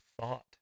thought